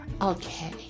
Okay